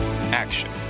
Action